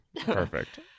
Perfect